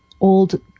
old